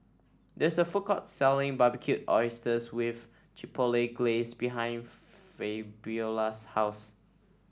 there is a food court selling Barbecued Oysters with Chipotle Glaze behind Fabiola's house